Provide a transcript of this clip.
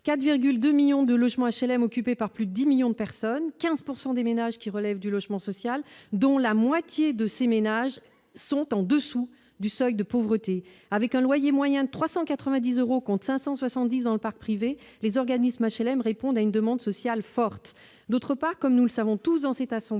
4,2 millions de logements HLM occupés par plus de 10 millions de personnes, 15 pourcent des des ménages qui relève du logement social, dont la moitié de ces ménages sont en dessous du seuil de pauvreté, avec un loyer moyen de 390 euros compte 570 dans le parc privé, les organismes HLM répondent à une demande sociale forte, d'autre part, comme nous le savons tous en cette assemblée,